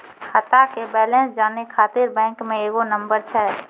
खाता के बैलेंस जानै ख़ातिर बैंक मे एगो नंबर छै?